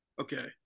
okay